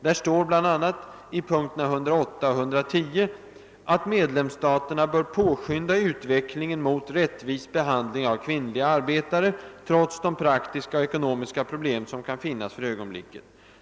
Där står i punkterna 108 och 110 att medlemsstaterna bör påskynda utvecklingen mot rättvis behandling av kvinnliga arbetare, trots de praktiska och ekonomiska problem som kan finnas för ögonblicket.